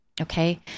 Okay